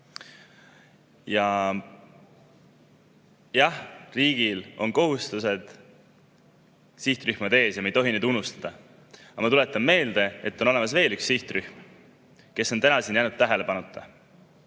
Jah, riigil on kohustused sihtrühmade ees ja me ei tohi neid unustada. Aga ma tuletan meelde, et on olemas veel üks sihtrühm, kes on täna siin jäänud tähelepanuta.